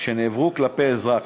שנעברו כלפי אזרח,